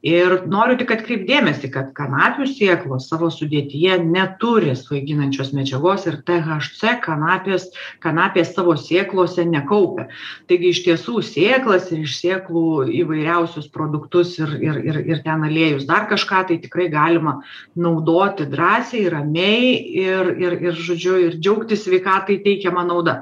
ir noriu tik atkreipt dėmesį kad kanapių sėklos savo sudėtyje neturi svaiginančios medžiagos ir tė haš cė kanapės kanapė savo sėklose nekaupia taigi iš tiesų sėklas ir iš sėklų įvairiausius produktus ir ir ir ir ten aliejus dar kažką tai tikrai galima naudoti drąsiai ramiai ir ir ir žodžiu ir džiaugtis sveikatai teikiama nauda